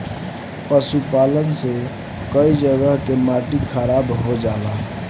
पशुपालन से कई जगह कअ माटी खराब हो जाला